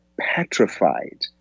petrified